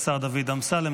השר דוד אמסלם,